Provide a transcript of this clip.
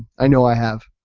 i know i have,